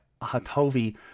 Hatovi